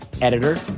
editor